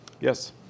Yes